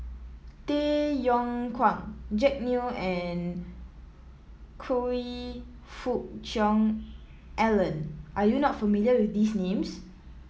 Tay Yong Kwang Jack Neo and Choe Fook Cheong Alan are you not familiar with these names